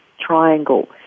triangle